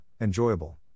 enjoyable